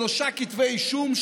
שלושה כתבי אישום,